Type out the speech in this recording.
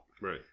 Right